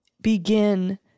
begin